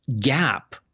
gap